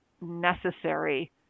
necessary